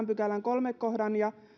pykälän kolmannen kohdan ja